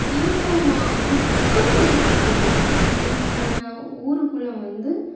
இவங்க ம மொத்தமாக வேறுபட்டு இருப்பாங்க இவங்க ஊருக்குள்ளே வந்து